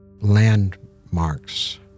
landmarks